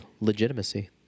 legitimacy